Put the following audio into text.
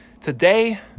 Today